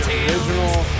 original